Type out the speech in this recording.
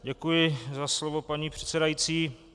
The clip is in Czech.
Děkuji za slovo paní předsedající.